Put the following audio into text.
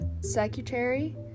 secretary